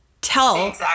Tell